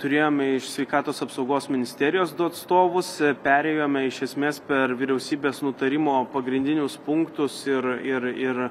turėjome iš sveikatos apsaugos ministerijos du atstovus perėjome iš esmės per vyriausybės nutarimo pagrindinius punktus ir ir ir